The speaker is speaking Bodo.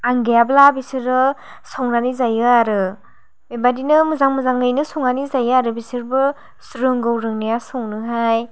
आं गैयाब्ला बिसोरो संनानै जायो आरो बेबायदिनो मोजां मोजाङैनो संनानै जायो आरो बिसोरबो रोंगौ रोंनाया संनोहाय